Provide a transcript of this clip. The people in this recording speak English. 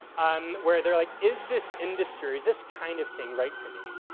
um where they're like, is this industry, is this kind of thing right for me?